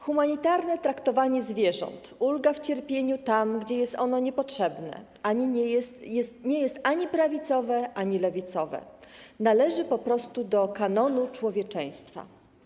Humanitarne traktowanie zwierząt, ulga w cierpieniu tam, gdzie jest ono niepotrzebne, nie jest ani prawicowe, ani lewicowe, należy po prostu do kanonu człowieczeństwa.